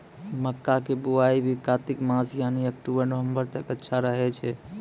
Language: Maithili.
मक्का के बुआई भी कातिक मास यानी अक्टूबर नवंबर तक अच्छा रहय छै